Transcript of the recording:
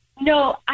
no